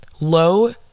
low